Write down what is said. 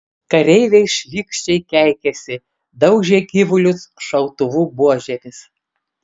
kareiviai šlykščiai keikėsi daužė gyvulius šautuvų buožėmis